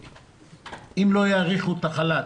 אם לא יאריכו את החל"ת,